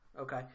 Okay